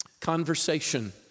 conversation